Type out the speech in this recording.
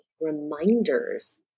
reminders